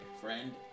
friend